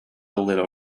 little